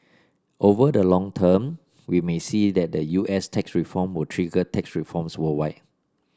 over the long term we may see that the U S tax reform will trigger tax reforms worldwide